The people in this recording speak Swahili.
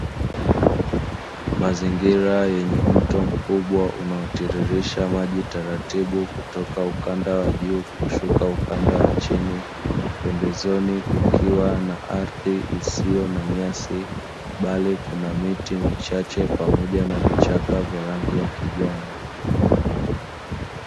Mazingira yenye mto mkubwa unaotiririsha maji taratibu, kutoka ukanda wa juu kushuka ukanda wa chini. Pembezoni kukiwa na ardhi isiyo na nyasi, bali kuna miti michache pamoja na vichaka vya rangi ya kijani.